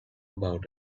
about